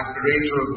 greater